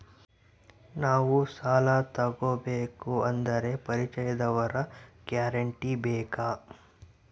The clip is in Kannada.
ನಾವು ಸಾಲ ತೋಗಬೇಕು ಅಂದರೆ ಪರಿಚಯದವರ ಗ್ಯಾರಂಟಿ ಬೇಕಾ?